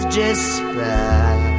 despair